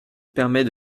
permet